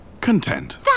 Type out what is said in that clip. Content